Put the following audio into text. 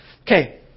Okay